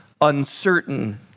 uncertain